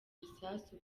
ibisasu